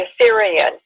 Assyrian